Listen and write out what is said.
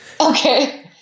Okay